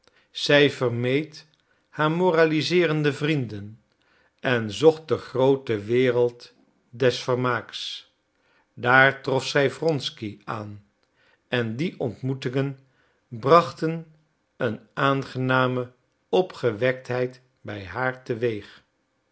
zij vermeed haar moraliseerende vrienden en zocht de groote wereld des vermaaks daar trof zij wronsky aan en die ontmoetingen brachten een aangename opgewektheid bij haar